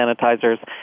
sanitizers